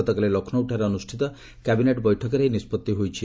ଗତକାଲି ଲକ୍ଷ୍ନୌଠାରେ ଅନୁଷ୍ଠିତ କ୍ୟାବିନେଟ୍ ବୈଠକରେ ଏହି ନିଷ୍କଭି ହୋଇଛି